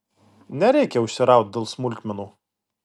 nereikia užsiraut dėl smulkmenų